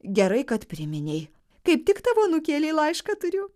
gerai kad priminei kaip tik tavo anūkėlei laišką turiu